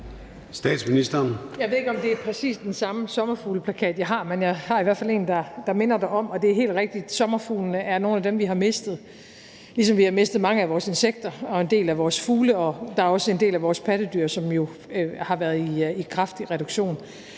Jeg ved ikke, om det er præcis den samme sommerfugleplakat, jeg har, men jeg har i hvert fald en, der minder om. Og det er helt rigtigt, at sommerfuglene er nogle af dem, vi har mistet, ligesom vi har mistet mange af vores insekter og en del af vores fugle. Der er også en del af vores pattedyr, som jo har været i kraftig reduktion.